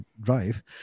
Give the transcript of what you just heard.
drive